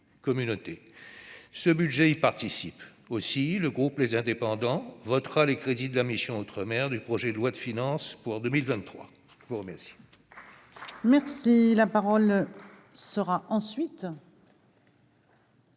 Ce budget y contribue. Aussi le groupe Les Indépendants votera-t-il les crédits de la mission « Outre-mer » du projet de loi de finances pour 2023. La parole